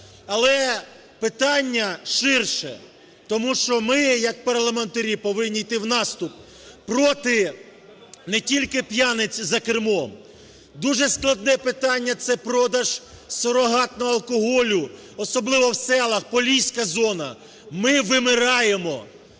Але питання ширше, тому що ми як парламентарі повинні йти в наступ проти не тільки п'яниць за кермом, дуже складне питання – це продаж сурогатного алкоголю, особливо у селах, Поліська зона. Ми вимираємо.